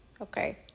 Okay